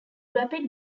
rapid